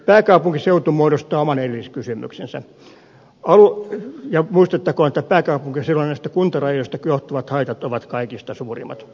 pääkaupunkiseutu muodostaa oman erilliskysymyksensä ja muistettakoon että pääkaupunkiseudun näistä kuntarajoista johtuvat haitat ovat kaikista suurimmat